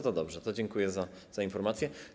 To dobrze, to dziękuję za informację.